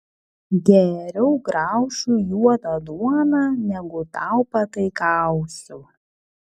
geriau graušiu juodą duoną negu tau pataikausiu